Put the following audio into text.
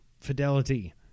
Fidelity